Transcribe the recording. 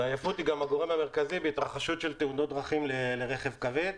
ועייפות היא גם הגורם המרכזי בהתרחשות של תאונות דרכים לרכב כבד,